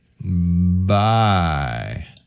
Bye